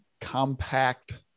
compact